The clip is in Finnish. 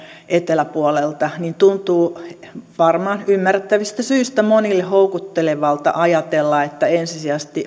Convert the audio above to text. eteläpuolelta tuntuu varmaan ymmärrettävistä syistä monille houkuttelevalta ajatella että ensisijaisesti